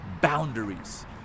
boundaries